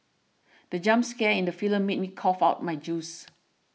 the jump scare in the film made me cough out my juice